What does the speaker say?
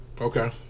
Okay